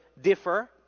differ